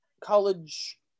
college